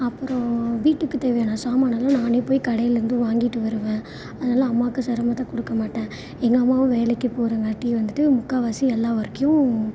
அப்புறம் வீட்டுக்கு தேவையான சாமானெல்லாம் நானே போய் கடையில் வந்து வாங்கிட்டு வருவேன் அதெல்லாம் அம்மாவுக்கு சிரமத்த கொடுக்க மாட்டேன் எங்கள் அம்மாவும் வேலைக்கு போகிறங்காட்டி வந்துட்டு முக்கால்வாசி எல்லா ஒர்க்கையும்